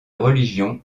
religion